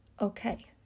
Okay